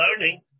learning